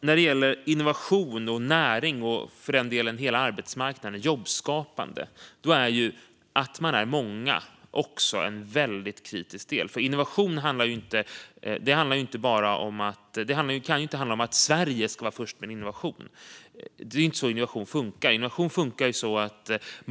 När det gäller innovation, näring och för den delen hela arbetsmarknaden - jobbskapande - är det att vara många också en kritisk del. Innovation kan inte bara handla om att Sverige ska vara först. Det är inte så det fungerar när det gäller innovation.